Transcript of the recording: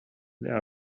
there